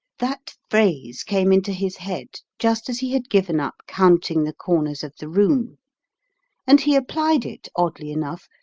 that phrase came into his head, just as he had given up counting the corners of the room and he applied it, oddly enough,